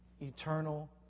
eternal